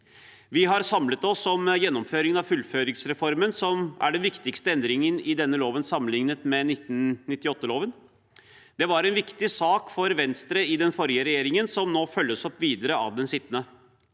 Vi har samlet oss om gjennomføringen av fullføringsreformen, som er den viktigste endringen i denne loven, sammenlignet med 1998-loven. Det var en viktig sak for Venstre i den forrige regjeringen, som nå følges opp videre av den sittende.